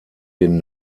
den